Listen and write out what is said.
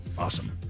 Awesome